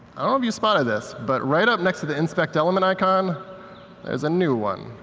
i don't know if you spotted this. but right up next to the inspect element icon is a new one.